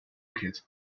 kit